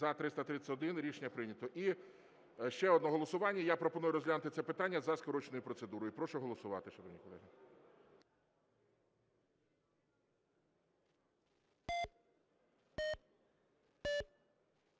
За-331 Рішення прийнято. І ще одне голосування. Я пропоную розглянути це питання за скороченою процедурою. Прошу голосувати, шановні колеги.